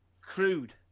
crude